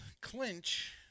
clinch